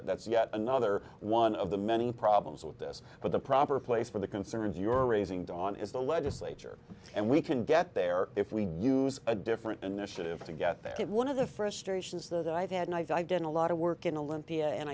it that's yet another one of the many problems with this but the proper place for the concerns you are raising dawn is the legislature and we can get there if we use a different initiative to get back at one of the frustrations that i've had i've been a lot of work in a limpia and